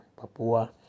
Papua